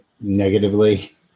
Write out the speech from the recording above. negatively